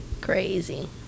Crazy